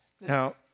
Now